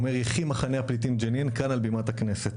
הוא אומר יחי מחנה הפליטים ג'נין כאן על בימת הכנסת.